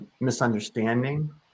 misunderstanding